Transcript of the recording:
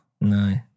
No